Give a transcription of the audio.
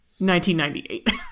1998